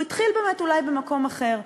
הוא התחיל באמת אולי במקום אחר,